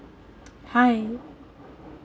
hi